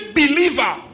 believer